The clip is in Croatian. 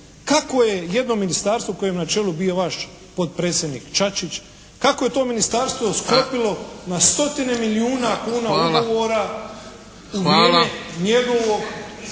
kako je jedno ministarstvo kojem je na čelu bio vaš potpredsjednik Čačić, kako je to ministarstvo sklopilo na stotine milijuna kuna ugovora u vrijeme njegovog